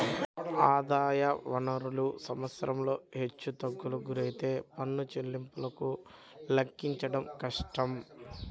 ఆదాయ వనరులు సంవత్సరంలో హెచ్చుతగ్గులకు గురైతే పన్ను చెల్లింపులను లెక్కించడం కష్టం